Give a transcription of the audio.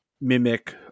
mimic